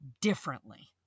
differently